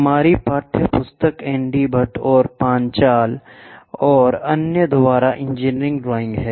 हमारी पाठ्यपुस्तक एनडी भट्ट और पांचाल और अन्य द्वारा इंजीनियरिंग ड्राइंग है